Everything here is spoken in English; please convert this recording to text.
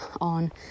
on